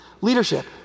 Leadership